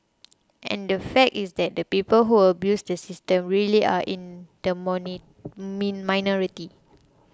and the fact is that the people who abused the system really are in the me minority